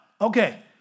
Okay